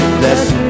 blessed